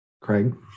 Craig